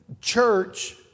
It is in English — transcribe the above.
church